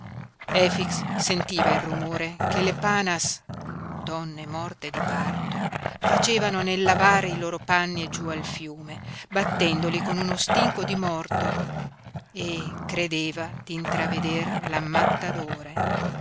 efix sentiva il rumore che le panas donne morte di parto facevano nel lavar i loro panni giú al fiume battendoli con uno stinco di morto e credeva di intraveder l'ammattadore